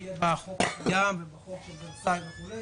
המענה ומצד שני שיינתן מענה נפשי לכולם.